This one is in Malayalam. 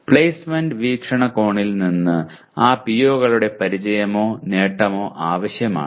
പ്ലേസ്മെന്റ് വീക്ഷണകോണിൽ നിന്ന് ആ PO കളുടെ പരിചയമോ നേട്ടമോ ആവശ്യമാണ്